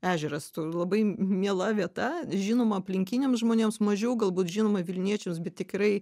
ežeras tai labai miela vieta žinoma aplinkiniams žmonėms mažiau galbūt žinoma vilniečiams bet tikrai